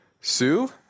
Sue